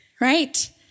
right